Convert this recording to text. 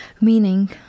meaning